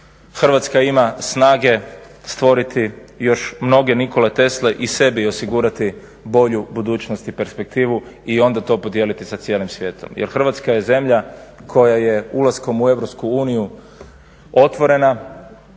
Hrvatska ima snage stvoriti još mnoge Nikole Tesle i sebi osigurati bolju budućnost i perspektivu i onda to podijeliti sa cijelim svijetom jer Hrvatska je zemlja koja je ulaskom u EU otvorena,